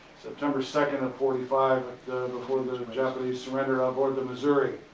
september second of forty five before the japanese surrender ah aboard the missouri.